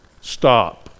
stop